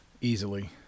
easily